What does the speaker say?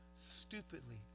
stupidly